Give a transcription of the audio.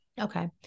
Okay